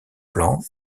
plan